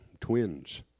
Twins